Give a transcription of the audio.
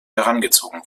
herangezogen